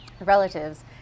relatives